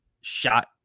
shot